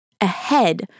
ahead